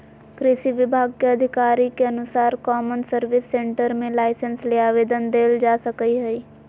कृषि विभाग के अधिकारी के अनुसार कौमन सर्विस सेंटर मे लाइसेंस ले आवेदन देल जा सकई हई